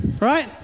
Right